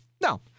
No